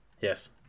Yes